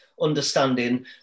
understanding